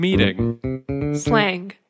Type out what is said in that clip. Slang